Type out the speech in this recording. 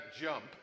jump